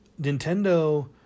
Nintendo